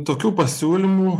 tokių pasiūlymų